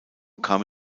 kam